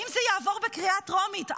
הרי אם זה יעבור בקריאה טרומית,